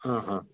ಹಾಂ ಹಾಂ